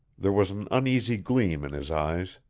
there was an uneasy gleam in his eyes.